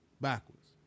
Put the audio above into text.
backwards